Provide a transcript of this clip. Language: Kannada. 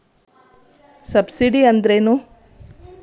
ಸಬ್ಸಿಡಿ ಅಂದ್ರೆ ಏನು?